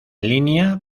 línea